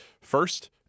first